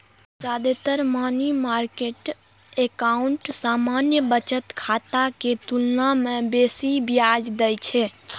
जादेतर money market account सामान्य बचत खाता के तुलना मे बेसी ब्याज दै छै